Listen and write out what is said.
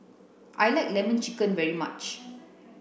I like lemon chicken very much